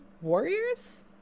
warriors